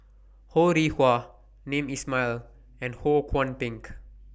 Ho Rih Hwa Hamed Ismail and Ho Kwon Ping